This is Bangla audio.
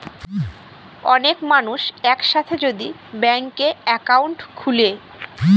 অনেক মানুষ এক সাথে যদি ব্যাংকে একাউন্ট খুলে